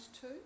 two